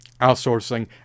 outsourcing